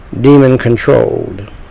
demon-controlled